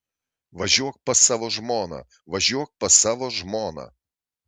važiuok pas savo žmoną važiuok pas savo žmoną